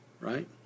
right